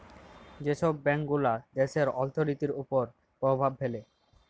যে ছব ব্যাংকগুলা দ্যাশের অথ্থলিতির উপর পরভাব ফেলে